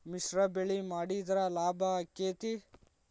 ಮಿಶ್ರ ಬೆಳಿ ಮಾಡಿದ್ರ ಲಾಭ ಆಕ್ಕೆತಿ?